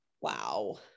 Wow